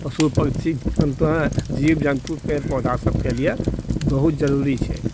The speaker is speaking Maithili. पशु पक्षी जीव जन्तु पेड़ पौधा सबके लिए बहुत जरूरी छै